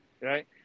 Right